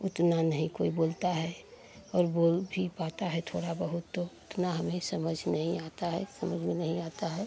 उतना नहीं कोई बोलता है और बोल भी पाता है थोड़ा बहुत तो उतना हमें समझ नहीं आता है समझ में नहीं आता है